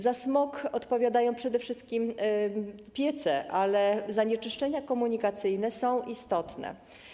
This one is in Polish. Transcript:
Za smog odpowiadają przede wszystkim piece, ale zanieczyszczenia komunikacyjne też są istotne.